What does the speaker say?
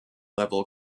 level